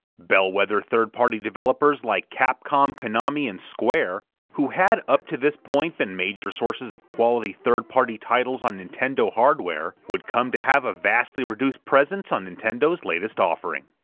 bellwether third-party developers like capcom, konami, and square, who had up to this point been major sources of quality third-party titles on nintendo hardware, would come to have a vastly reduced presence on nintendo's latest offering.